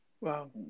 Wow